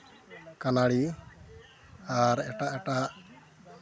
ᱠᱟᱱᱟᱲᱤ ᱟᱨ ᱮᱴᱟᱜ ᱮᱴᱟᱜ